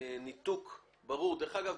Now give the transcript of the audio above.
וניתוק ברור דרך אגב,